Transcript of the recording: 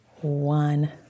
one